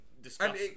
discuss